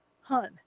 Hun